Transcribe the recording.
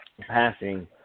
passing